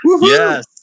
Yes